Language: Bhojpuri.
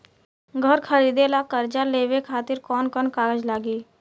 घर खरीदे ला कर्जा लेवे खातिर कौन कौन कागज लागी?